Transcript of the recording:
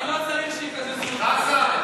אראל.